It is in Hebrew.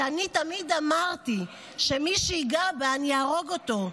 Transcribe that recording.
שאני תמיד אמרתי שמי שייגע בה, אני אהרוג אותו.